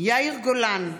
יאיר גולן,